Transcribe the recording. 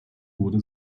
wurde